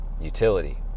utility